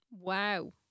Wow